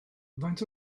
faint